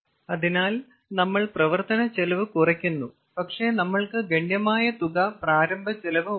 അതിനാൽ നമ്മൾ പ്രവർത്തന ചെലവ് കുറയ്ക്കുന്നു പക്ഷേ നമ്മൾക്ക് ഗണ്യമായ തുക പ്രാരംഭ ചെലവ് ഉണ്ടായി